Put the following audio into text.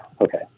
Okay